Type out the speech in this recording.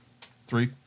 Three